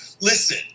Listen